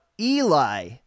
Eli